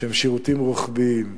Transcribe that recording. שהם שירותים רוחביים,